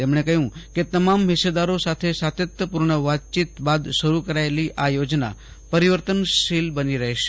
તેમણે કહ્યું કે તમામ હિસ્સેદારો સાથે સાતત્યપૂર્ણ વાતચીતબાદ શરૂકરાયેલી આ યોજના પરિવર્તનશીલ બની રહેશે